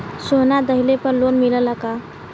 सोना दहिले पर लोन मिलल का?